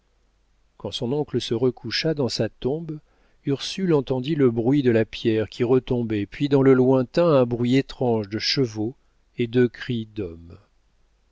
quand son oncle se recoucha dans sa tombe ursule entendit le bruit de la pierre qui retombait puis dans le lointain un bruit étrange de chevaux et de cris d'hommes